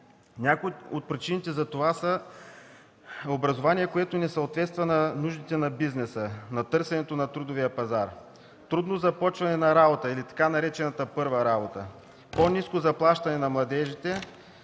Някои от причините за това са: образование, което не съответства на нуждите на бизнеса, на търсенето на трудовия пазар, трудно започване на работа или така наречената „първа работа”, по ниско заплащане на младежите,